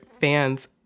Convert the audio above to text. fans